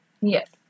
Yes